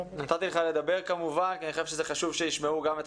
נתתי לך לדבר כי אני חושב שזה חשוב שישמעו גם את